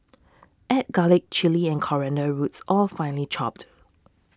add garlic chilli and coriander roots all finely chopped